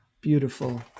Beautiful